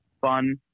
fun